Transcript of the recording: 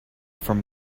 from